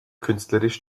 künstlerisch